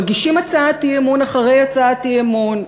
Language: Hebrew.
מגישים הצעת אי-אמון אחרי הצעת אי-אמון,